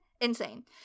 Insane